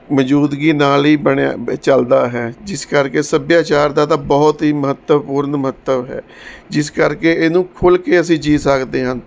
ਮੌਜੂਦਗੀ ਨਾਲ ਹੀ ਬਣਿਆ ਚੱਲਦਾ ਹੈ ਜਿਸ ਕਰਕੇ ਸੱਭਿਆਚਾਰ ਦਾ ਤਾਂ ਬਹੁਤ ਹੀ ਮਹੱਤਵਪੂਰਨ ਮਹੱਤਵ ਹੈ ਜਿਸ ਕਰਕੇ ਇਹਨੂੰ ਖੁੱਲ੍ਹ ਕੇ ਅਸੀਂ ਜੀਅ ਸਕਦੇ ਹਨ